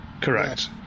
Correct